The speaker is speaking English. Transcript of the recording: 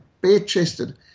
bare-chested